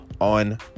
on